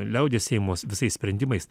liaudies seimo visais sprendimais